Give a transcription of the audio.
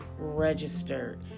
registered